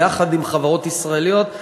יחד עם חברות ישראליות,